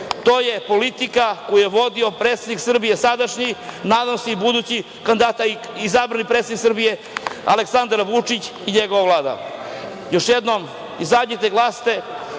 To je politika koju je vodio predsednik Srbije, sadašnji, nadam se i budući, izabrani predsednik Srbije, Aleksandar Vučić i njegova vlada. Još jednom, izađite, glasajte,